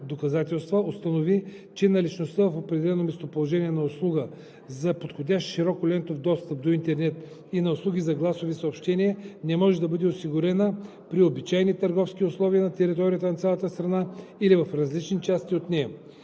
доказателства установи, че наличността в определено местоположение на услуга за подходящ широколентов достъп до интернет и на услуги за гласови съобщения не може да бъде осигурена при обичайни търговски условия на територията на цялата страна или в различни части от нея.“